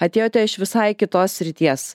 atėjote iš visai kitos srities